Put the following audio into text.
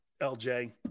LJ